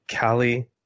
Callie